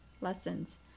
lessons